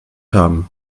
haben